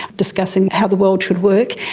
discussing how the world should work,